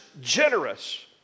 generous